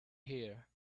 here